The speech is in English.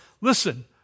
Listen